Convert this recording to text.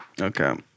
Okay